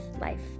life